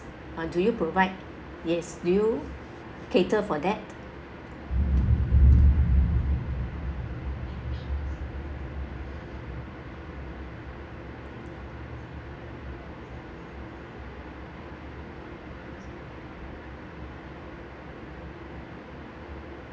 uh do you provide yes do you cater for that